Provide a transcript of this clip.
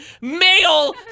male